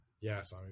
Yes